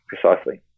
precisely